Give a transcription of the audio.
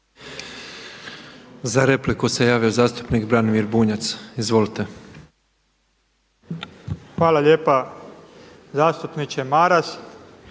Za repliku se javio zastupnik Branimir Bunjac. Izvolite. **Bunjac, Branimir